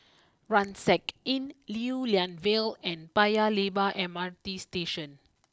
Rucksack Inn Lew Lian Vale and Paya Lebar M R T Station